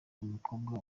umukobwa